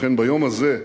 ובכן, ביום הזה,